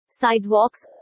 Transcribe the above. sidewalks